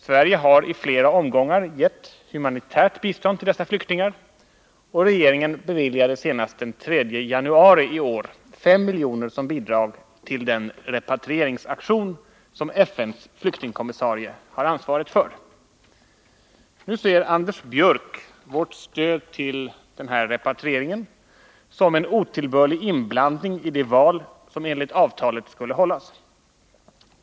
Sverige har i flera omgångar gett humanitärt bistånd till dessa flyktingar, och regeringen beviljade senast den 3 januari i år 5 milj.kr. som bidrag till den repatrieringsaktion som FN:s flyktingkommissarie har ansvaret för. Nu ser Anders Björck vårt stöd till den här repatrieringen som en otillbörlig inblandning i det val som enligt avtalet skulle hållas.